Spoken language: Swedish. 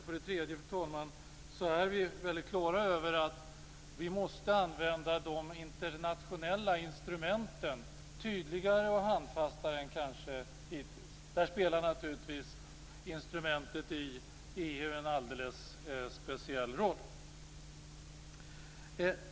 Vi är också, fru talman, alldeles på det klara med att vi måste använda de internationella instrumenten tydligare och handfastare än hittills. Här spelar naturligtvis instrumentet EU en alldeles speciell roll.